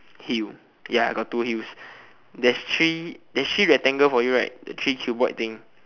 heel ya I got two heels there's three there's three rectangle for you right the three cuboid thing